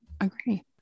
Agree